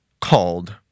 called